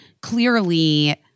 Clearly